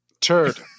Turd